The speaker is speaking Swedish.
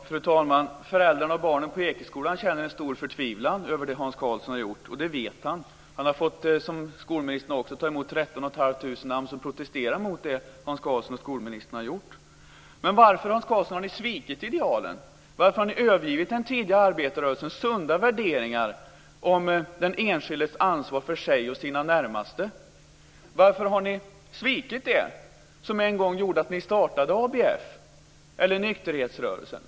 Fru talman! Föräldrarna och barnen på Ekeskolan känner en stor förtvivlan över det Hans Karlsson har gjort, och det vet han. Han, liksom även skolministern, har fått ta emot tretton och ett halvt tusen namn på dem som protesterar emot det som Hans Karlsson och skolministern har gjort. Varför, Hans Karlsson, har ni svikit idealen? Varför har ni övergivit den tidiga arbetarrörelsens sunda värderingar om den enskildes ansvar för sig och sina närmaste? Varför har ni svikit det som en gång gjorde att ni startade ABF eller nykterhetsrörelsen?